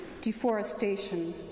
deforestation